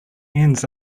ends